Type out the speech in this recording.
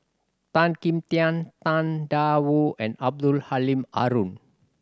Tan Kim Tian Tang Da Wu and Abdul Halim Haron